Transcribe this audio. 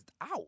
out